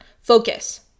Focus